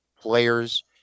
players